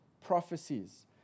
prophecies